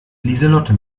lieselotte